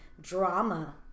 drama